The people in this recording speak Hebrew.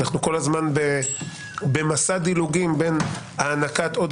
אנחנו כל הזמן במסע דילוגים בין הענקת עוד